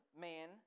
man